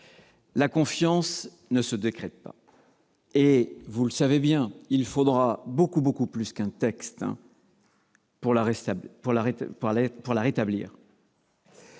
la confiance ne se décrète pas, et, vous le savez bien, il faudra beaucoup plus qu'un texte pour la rétablir.